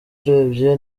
urebye